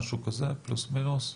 פלוס מינוס?